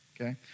okay